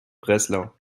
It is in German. breslau